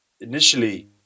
initially